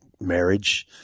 marriage